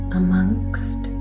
amongst